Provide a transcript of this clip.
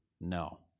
no